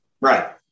Right